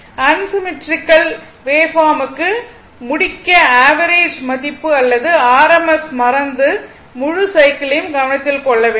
unsymmetrical வேவ்பார்ம்க்கு முடிக்க average மதிப்பு அல்லது r RMS மறந்து முழு சைக்கிளையும் கவனத்தில் கொள்ள வேண்டும்